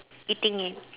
eating it